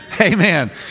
Amen